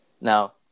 now